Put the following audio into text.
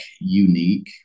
unique